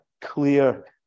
clear